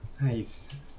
Nice